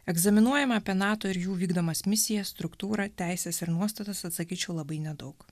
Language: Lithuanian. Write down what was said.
egzaminuojama apie nato ir jų vykdomas misijas struktūrą teises ir nuostatas atsakyčiau labai nedaug